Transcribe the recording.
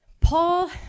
Paul